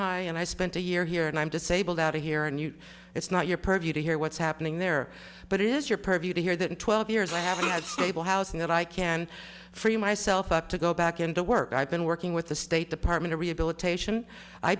high and i spent a year here and i'm disabled out here and it's not your purview to hear what's happening there but it is your purview to hear that in twelve years i have stable housing that i can free myself up to go back into work i've been working with the state department of rehabilitation i